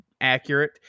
accurate